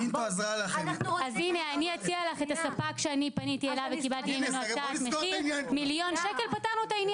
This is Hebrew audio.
החובה להתקין תקנות היא כבר מ-2005.